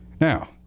Now